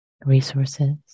resources